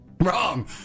Wrong